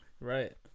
Right